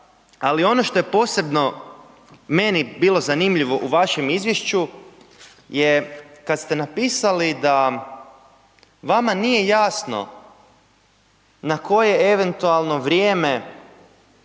Ali ono što je posebno meni bilo zanimljivo u vašem izvješću je kad ste napisali da vama nije jasno na koje eventualno vrijeme